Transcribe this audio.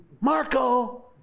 Marco